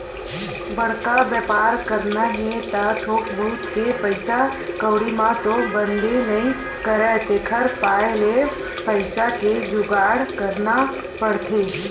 बड़का बेपार करना हे त थोक बहुत के पइसा कउड़ी म तो बनबे नइ करय तेखर पाय के पइसा के जुगाड़ करना पड़थे